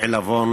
עלבון